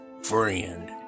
friend